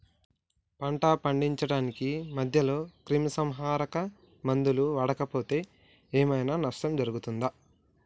పంట పండించడానికి మధ్యలో క్రిమిసంహరక మందులు వాడకపోతే ఏం ఐనా నష్టం జరుగుతదా?